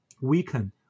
weaken